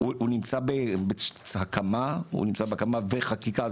הוא נמצא בהקמה וחקיקה.